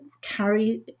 carry